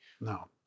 No